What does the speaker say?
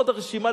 ועוד רשימה,